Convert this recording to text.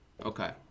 Okay